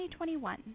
2021